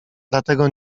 dlatego